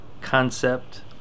concept